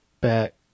back